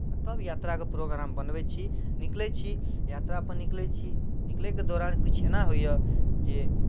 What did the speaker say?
तब यात्राके प्रोग्राम बनबै छी निकलै छी यात्रापर निकलै छी निकलैके दौरान किछु एना होइए जे